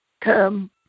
come